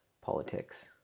politics